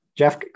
Jeff